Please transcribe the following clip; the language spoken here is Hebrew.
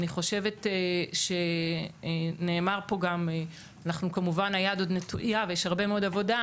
אני חושבת שנאמר פה למרות שיש עוד עבודה רבה,